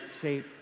say